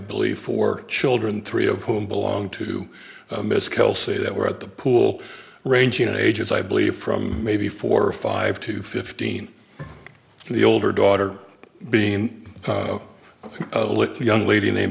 believe four children three of whom belong to miss kelsey that were at the pool ranging in ages i believe from maybe four or five to fifteen the older daughter being a little young lady